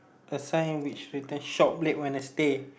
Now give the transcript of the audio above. a sign which written shop late Wednesday